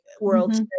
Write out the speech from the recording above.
world